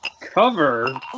Cover